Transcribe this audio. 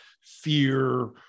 fear